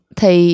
thì